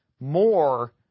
more